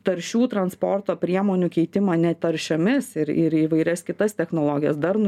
taršių transporto priemonių keitimą netaršiomis ir ir į įvairias kitas technologijas darnų